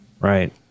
Right